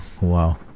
Wow